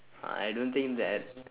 I don't think that